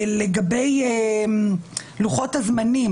לגבי לוחות הזמנים